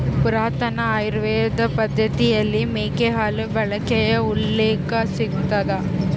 ಪುರಾತನ ಆಯುರ್ವೇದ ಪದ್ದತಿಯಲ್ಲಿ ಮೇಕೆ ಹಾಲು ಬಳಕೆಯ ಉಲ್ಲೇಖ ಸಿಗ್ತದ